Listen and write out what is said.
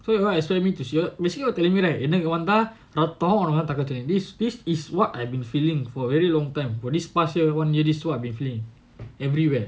so you can't expect me to hear basically we're telling me like எனக்குவந்தாரத்தம்உனக்குவந்தாதக்காளிசட்னியா:enakku vantha rattham unakku vantha thakkaali satniya this this is what I've been feeling for very long time for this past year one year this what I have been feeling everywhere